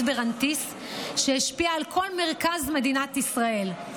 ברנתיס שהשפיעה על כל מרכז מדינת ישראל: